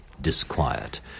disquiet